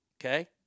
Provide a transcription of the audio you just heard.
okay